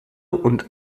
und